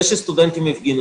זה בסדר גמור שסטודנטים הפגינו.